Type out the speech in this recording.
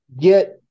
get